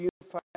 unify